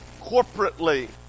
corporately